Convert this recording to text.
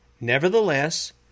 Nevertheless